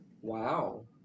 Wow